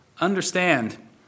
understand